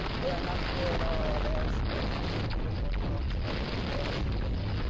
they are not queer at all they are strange and beautiful thoughts for a little boy to think,